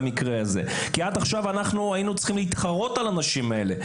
עד עכשיו היינו צריכים להתחרות על האנשים האלה.